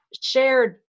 Shared